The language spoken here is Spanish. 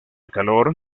calor